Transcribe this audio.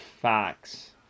facts